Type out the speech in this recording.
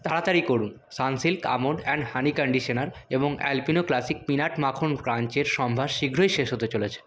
তাড়াতাড়ি করুন Sunsilk almond and honey conditioner এবং অ্যালপিনো ক্লাসিক পিনাট মাখন ক্র্যাঞ্চের সম্ভার শীঘ্রই শেষ হতে চলেছে